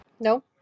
No